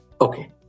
Okay